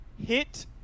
hit